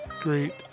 great